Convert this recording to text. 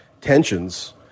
tensions